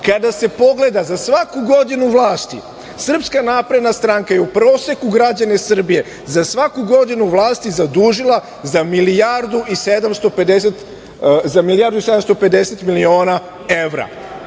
dug. Kada se pogleda za svaku godinu vlasti SNS je u proseku građana Srbije za svaku godinu vlasti zadužila za milijardu i 750 miliona evra.